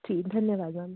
ठीक धन्यवाद मैम